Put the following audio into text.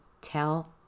tell